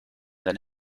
than